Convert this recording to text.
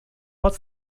pot